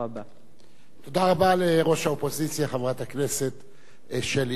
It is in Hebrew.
תודה רבה לראש האופוזיציה חברת הכנסת שלי יחימוביץ.